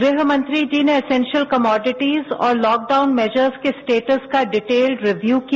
गृहमंत्रीजी ने essential commodities और lockdown measures के स्टेटस का डिटेल्ड रिव्यू किया